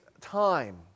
time